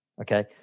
Okay